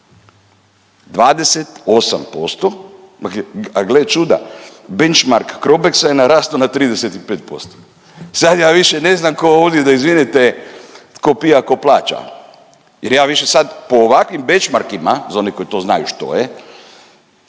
28%, a gle čuda benchmark Crobexa je narastao na 35%. Sad ja više ne znam tko ovdje, da izvinete, tko pije, a tko plaća. Jer ja više sad po ovakvim benchmarkima za one koji to znaju što je,